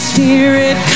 Spirit